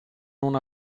non